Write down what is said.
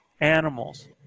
animals